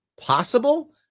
possible